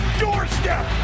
doorstep